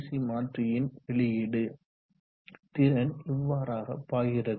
C மாற்றியின் வெளியீடு திறன் இவ்வாறாக பாய்கிறது